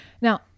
Now